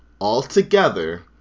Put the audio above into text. Altogether